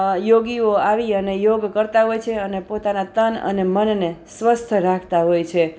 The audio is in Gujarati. યોગીઓ આવી અને યોગ કરતા હોય છે અને પોતાનાં તન અને મનને સ્વસ્થ રાખતા હોય છે